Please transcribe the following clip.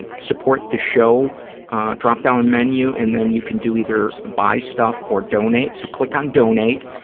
and support the show drop-down menu, and then you can do either buy stuff or donate, so click on donate,